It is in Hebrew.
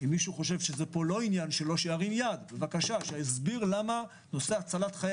אם מישהו חושב שזה לא עניין שלו שיסביר למה נושא הצלת חיי